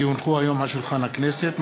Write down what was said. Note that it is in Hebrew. כי הונחו היום על שולחן הכנסת,